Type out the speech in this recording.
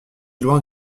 loin